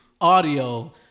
audio